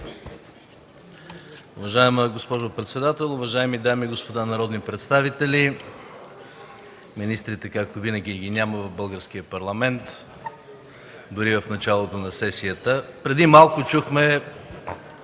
Уважаема госпожо председател, уважаеми дами и господа народни представители! Министрите, както винаги, ги няма в Българския парламент дори в началото на сесията. Преди малко чухме